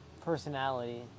personality